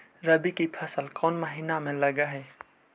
रबी की फसल कोन महिना में लग है?